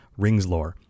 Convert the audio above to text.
ringslore